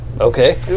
Okay